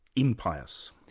impious.